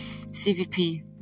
CVP